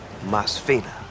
Masfina